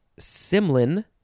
Simlin